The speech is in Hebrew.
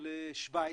רק לשוויץ.